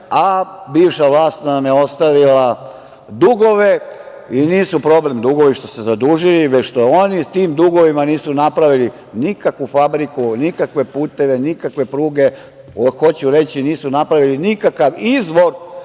a bivša vlast nam je ostavila dugove i nisu problem dugovi i što su se zadužili, već što oni sa tim dugovima nisu napravili nikakvu fabriku, nikakve puteve, nikakve pruge. Hoću reći, nisu napravili nikakav izvor